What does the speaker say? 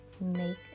make